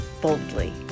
boldly